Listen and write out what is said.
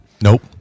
Nope